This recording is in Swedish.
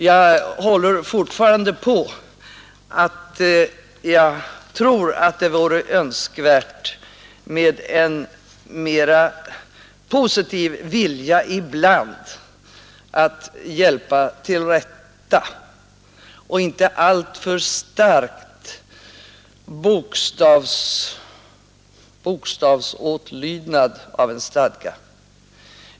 Jag vidhåller fortfarande att jag tror att det ibland vore önskvärt med en mera positiv vilja att hjälpa till rätta och inte alltför starkt begränsa sig till bokstavslydnad av en stadga.